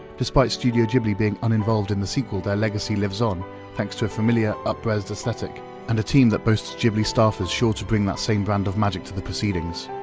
despite studio ghibli being uninvolved in the sequel, their legacy lives on thanks to a familiar up-res aesthetic and a team that boasts ghibli staff is sure to bring that same brand of magic to the proceedings.